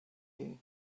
you